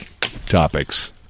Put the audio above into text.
topics